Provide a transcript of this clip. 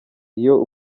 iyo